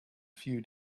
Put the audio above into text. few